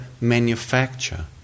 manufacture